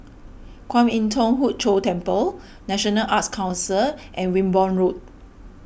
Kwan Im Thong Hood Cho Temple National Arts Council and Wimborne Road